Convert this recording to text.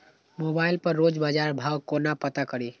Mobile पर रोज बजार भाव कोना पता करि?